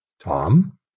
Tom